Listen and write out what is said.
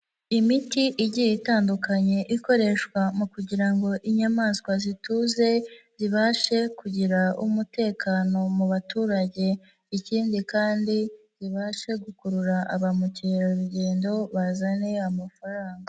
Imiti igiye itandukanye ikoreshwa mu kugira ngo inyamaswa zituze, zibashe kugira umutekano mu baturage, ikindi kandi, zibashe gukurura ba mukerarugendo bazane amafaranga.